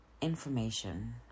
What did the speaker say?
information